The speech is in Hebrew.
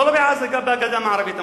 לא בעזה, גם בגדה המערבית.